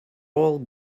all